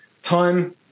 Time